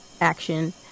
action